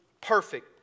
perfect